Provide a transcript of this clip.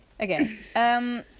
Okay